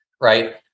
right